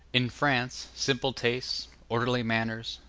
in france, simple tastes, orderly manners,